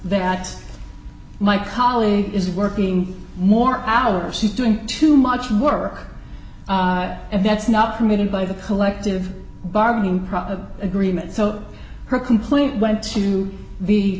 that my colleague is working more hours she's doing too much work and that's not permitted by the collective bargaining agreement so her complaint went to the